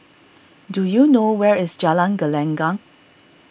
do you know where is Jalan Gelenggang